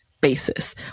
basis